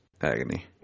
Agony